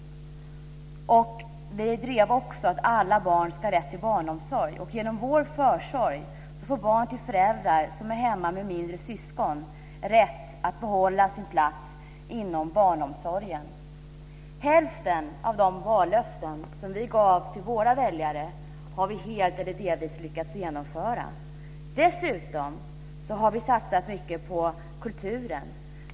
Vi har också genomdrivit att alla barn ska ha rätt till barnomsorg. Genom vår försorg får barn till föräldrar som är hemma med yngre syskon rätt att behålla sin plats inom barnomsorgen. Hälften av de vallöften som vi gav till våra väljare har vi helt eller delvis lyckats genomföra. Dessutom har vi satsat mycket på kulturen.